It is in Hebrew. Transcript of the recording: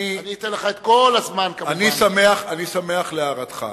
אני שמח להערתך,